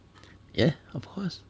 yeah of course